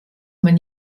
man